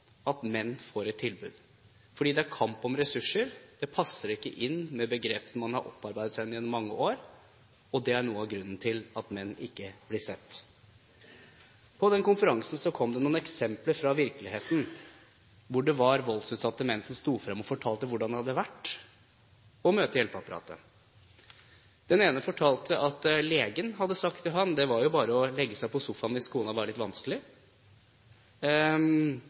at menn får et tilbud, fordi det er kamp om ressurser, det passer ikke inn med begrepene man har opparbeidet seg gjennom mange år. Det er noe av grunnen til at menn ikke blir sett. På konferansen kom det noen eksempler fra virkeligheten, hvor det var voldsutsatte menn som sto frem og fortalte hvordan det hadde vært å møte hjelpeapparatet. Den ene fortalte at legen hadde sagt til han at det var jo bare å legge seg på sofaen hvis kona var litt vanskelig.